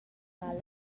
mal